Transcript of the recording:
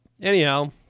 Anyhow